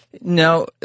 Now